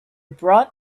brought